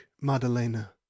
Madalena